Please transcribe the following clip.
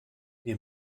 wir